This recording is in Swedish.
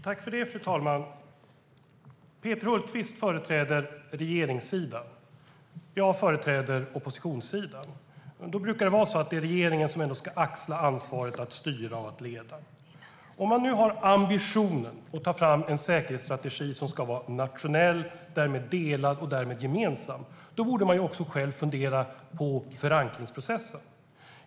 Fru talman! Peter Hultqvist företräder regeringssidan. Jag företräder oppositionssidan. Det brukar vara regeringen som ska axla ansvaret att styra och leda. Om man nu har ambitionen att ta fram en säkerhetsstrategi som ska vara nationell och därmed delad och gemensam borde man också själv fundera på förankringsprocessen.